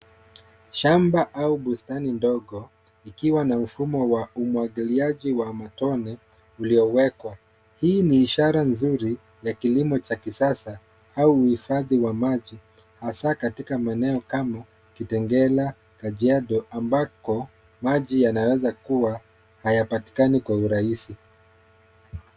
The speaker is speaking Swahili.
Shamba au bustani ndogo likiwa na mfumo wa umwagiliaji wa matone uliowekwa. Hii ni ishara nzuri ya kilimo cha kisasa au uhifadhi wa maji hasa katika maeneo kama Kitengela, Kajiado ambako maji yanaweza kuwa hayapatikani kwa urahisi.